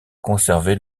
conservé